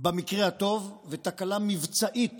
במקרה הטוב, ותקלה מבצעית